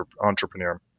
entrepreneur